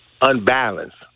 unbalanced